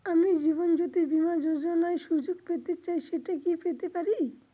আমি জীবনয্যোতি বীমা যোযোনার সুযোগ পেতে চাই সেটা কি পেতে পারি?